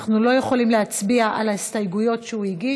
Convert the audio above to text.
אנחנו לא יכולים להצביע על ההסתייגויות שהוא הגיש,